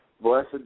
Blessed